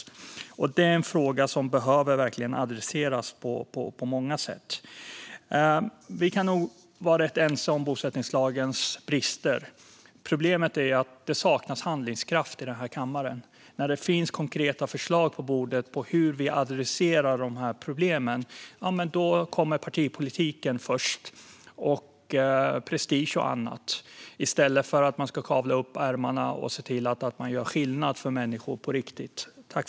Det är en fråga som behöver adresseras på många sätt. Vi kan nog vara rätt ense om bosättningslagens brister. Problemet är att det saknas handlingskraft i kammaren. När det finns konkreta förslag på bordet på hur vi adresserar problemen kommer partipolitiken och prestige först, i stället för att man kavlar upp ärmarna och ser till att göra skillnad för människor på riktigt. Fru talman!